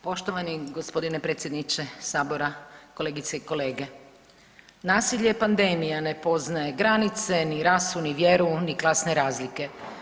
Poštovani gospodine predsjedniče sabora, kolegice i kolege, nasilje pandemija ne poznaje, granice ni rasu, ni vjeru, ni klasne razlike.